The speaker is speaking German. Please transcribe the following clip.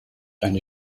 eine